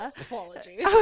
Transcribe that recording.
Apologies